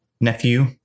nephew